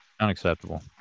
Unacceptable